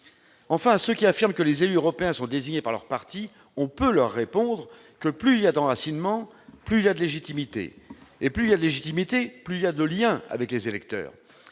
Enfin, à ceux qui affirment que les élus européens sont désignés par leur parti, on peut répondre que plus il y a d'enracinement, plus il y a de légitimité. Et plus il y a de légitimité, plus il y a de liens avec les électeurs.